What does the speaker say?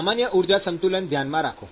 સામાન્ય ઊર્જા સંતુલન ધ્યાનમાં રાખો